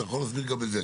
אתה יכול להסביר גם את זה,